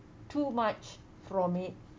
too much from it